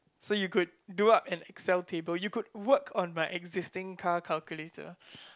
so you could do up an Excel table you could work on my existing car calculator